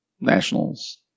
National's